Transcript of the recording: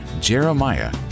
Jeremiah